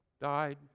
died